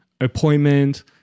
appointment